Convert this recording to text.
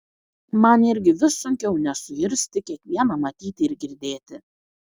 man irgi vis sunkiau nesuirzti kiekvieną matyti ir girdėti